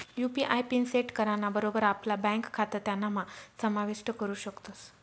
UPI PIN set कराना बरोबर आपला ब्यांक खातं त्यानाम्हा समाविष्ट करू शकतस